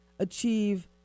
achieve